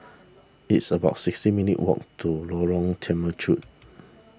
it's about sixty minutes' walk to Lorong Temechut